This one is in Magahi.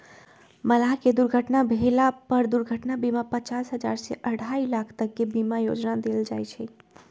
मलाह के दुर्घटना भेला पर दुर्घटना बीमा पचास हजार से अढ़ाई लाख तक के बीमा योजना देल जाय छै